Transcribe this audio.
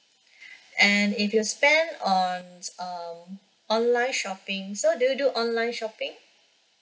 and if you spend on um online shopping so do you do online shopping